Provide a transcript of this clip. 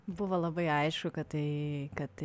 buvo labai aišku kad tai kad